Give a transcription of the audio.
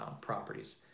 properties